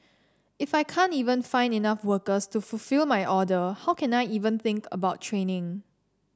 if I can't even find enough workers to fulfil my order how can I even think about training